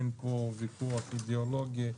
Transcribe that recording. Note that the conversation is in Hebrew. אין פה ויכוח אידיאולוגי,